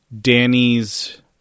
Danny's